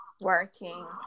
working